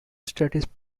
studies